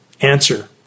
Answer